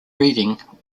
reading